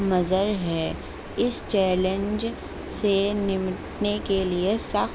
مظر ہے اس چیلنج سے نمٹنے کے لیے سخت